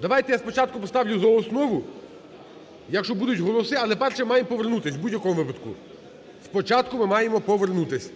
Давайте я спочатку поставлю за основу, якщо будуть голоси. Але перше, маємо повернутися, в будь-якому випадку, спочатку ми маємо повернутись.